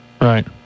Right